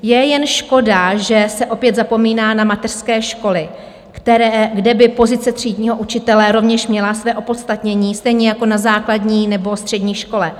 Je jen škoda, že se opět zapomíná na mateřské školy, kde by pozice třídního učitele rovněž měla své opodstatnění, stejně jako na základní nebo střední škole.